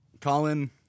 Colin